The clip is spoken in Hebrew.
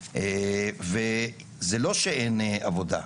וזה לא שאין עבודה,